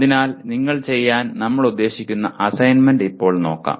അതിനാൽ നിങ്ങൾ ചെയ്യാൻ നമ്മൾ ഉദ്ദേശിക്കുന്ന അസൈൻമെന്റ് ഇപ്പോൾ നോക്കാം